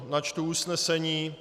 Načtu usnesení.